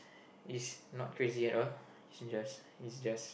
is not crazy at all it's just it's just